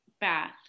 Bath